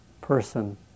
person